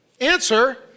Answer